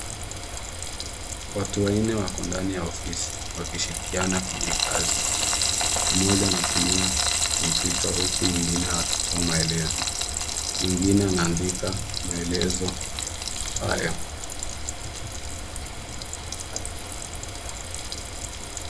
Watu wanne wako ndani ya ofisi wakishirikiana kwenye kazi. Mmoja anatumia kompyuta huku mwengine akitoa maelezo. Mwingine anaandika maelezo haya.